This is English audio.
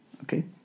Okay